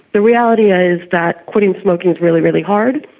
the reality ah is that quitting smoking is really, really hard,